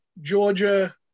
Georgia